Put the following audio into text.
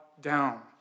down